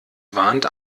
warnt